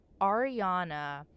Ariana